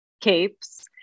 capes